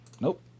Nope